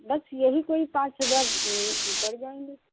बस यहीं कोई पाँच हज़ार पड़ जाएँगे